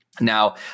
Now